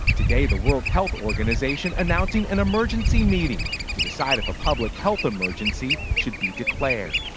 today the world health organization announcing an emergency meeting to decide if a public health emergency should be declared.